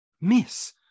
miss